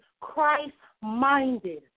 Christ-minded